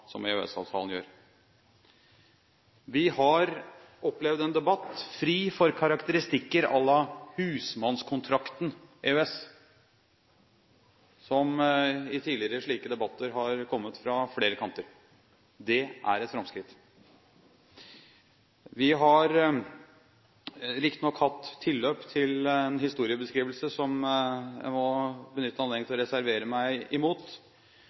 som EØS-avtalen utgjør. Vi har opplevd en debatt fri for karakteristikker à la «husmannskontrakten EØS», som i tidligere slike debatter har kommet fra flere kanter. Det er et framskritt. Vi har riktignok hatt tilløp til en historiebeskrivelse som jeg må benytte anledningen til å reservere meg imot.